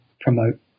promote